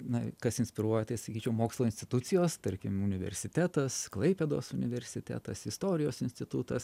na kas inspiruoja tai sakyčiau mokslo institucijos tarkim universitetas klaipėdos universitetas istorijos institutas